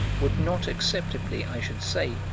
would not acceptably, i should say,